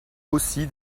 aussi